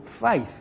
faith